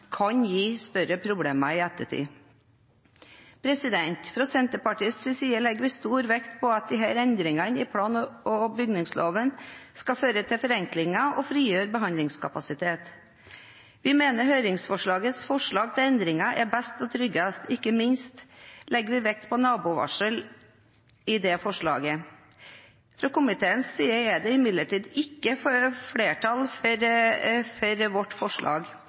kan gi større problemer i ettertid. Fra Senterpartiets side legger vi stor vekt på at disse endringene i plan- og bygningsloven skal føre til forenklinger og frigjøre behandlingskapasitet. Vi mener høringsforslagets forslag til endringer er best og tryggest, ikke minst legger vi vekt på nabovarsel i det forslaget. Fra komiteens side er det imidlertid ikke flertall for vårt forslag,